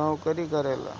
नोकरी करेला